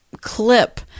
clip